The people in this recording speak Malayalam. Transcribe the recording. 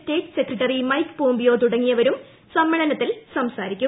സ്റ്റേറ്റ് സെക്രട്ടറി മൈക്ക് പോംപിയോ തുടങ്ങിയവരും സമ്മേളനത്തിൽ സംസാരിക്കും